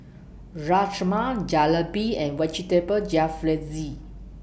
Rajma Jalebi and Vegetable Jalfrezi